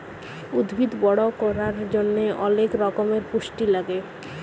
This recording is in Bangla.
উদ্ভিদ বড় ক্যরার জন্হে অলেক রক্যমের পুষ্টি লাগে